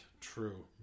true